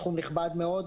סכום נכבד מאוד.